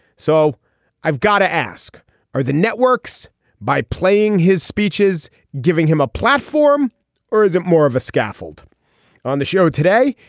so i've got to ask are the networks by playing his speeches giving him a platform or is it more of a scaffold on the show today.